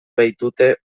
baitute